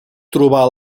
trobar